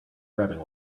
grabbing